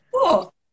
cool